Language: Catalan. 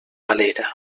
galera